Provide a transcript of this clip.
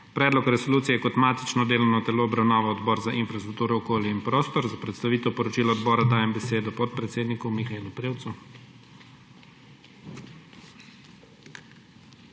Predlog resolucije je kot matično delovno telo obravnaval Odbor za infrastrukturo, okolje in prostor. Za predstavitev poročila odbora dajem besedo podpredsedniku Mihaelu Prevcu.